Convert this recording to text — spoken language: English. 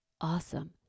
awesome